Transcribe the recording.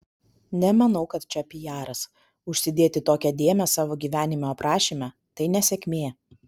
nemanau kad čia pijaras užsidėti tokią dėmę savo gyvenimo aprašyme tai nesėkmė